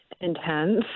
intense